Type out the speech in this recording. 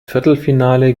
viertelfinale